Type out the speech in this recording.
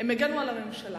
כי בעלי הממון,